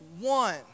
one